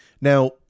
Now